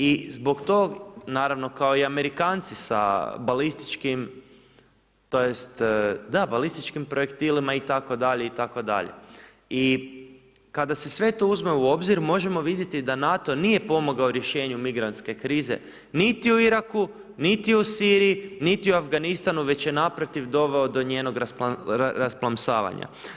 I zbog toga, naravno kao i Amerikanci sa balističkim tj. da balističkim projektilima itd. i kada se sve to uzme u obzir, možemo vidjeti da NATO nije pomogao rješenju migrantske krize, niti u Iraku, niti u Siriji, niti u Afganistanu, već je naprotiv doveo do njegovog rasplamsavanja.